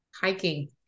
Hiking